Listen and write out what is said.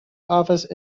office